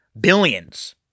Billions